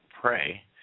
pray